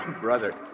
Brother